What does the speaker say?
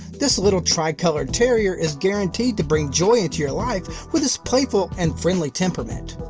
this little tri-colored terrier is guaranteed to bring joy into your life with its playful and friendly temperament.